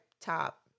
Top